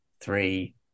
three